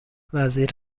وزیر